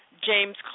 James